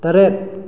ꯇꯔꯦꯠ